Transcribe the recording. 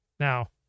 Now